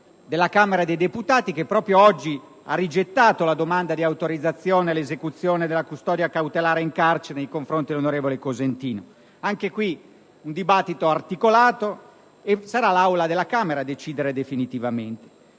della Camera di deputati, che proprio oggi ha rigettato la domanda di autorizzazione all'esecuzione della custodia cautelare in carcere nei confronti dell'onorevole Cosentino. Anche qui un dibattito articolato: sarà l'Assemblea della Camera a decidere definitivamente.